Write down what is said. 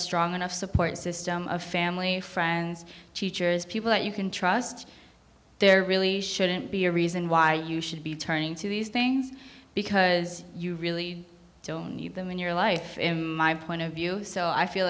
strong enough support system of family friends teachers people that you can trust there really shouldn't be a reason why you should be turning to these things because you really don't need them in your life in my point of view so i feel